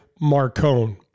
Marcone